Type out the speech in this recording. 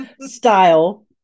style